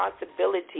responsibility